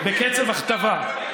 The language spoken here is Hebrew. בקצב הכתבה.